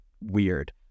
weird